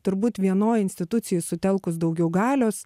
turbūt vienoj institucijoj sutelkus daugiau galios